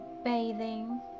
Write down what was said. bathing